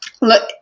look